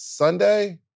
Sunday